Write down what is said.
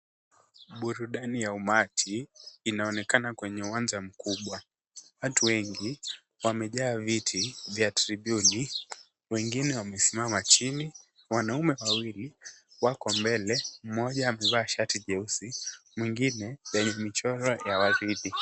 Burudani ya umati inaonekana kwenye uwanja mkubwa. Watu wengi wamejaa viti vya tribiuni , wengine wamesimama chini, wanaume wawili wako mbele mmoja amevaa shati jeusi mwingine lenye michoro ya waridi.